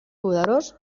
poderós